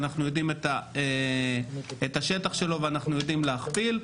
אנחנו יודעים את השטח שלו ואנחנו יודעים להכפיל.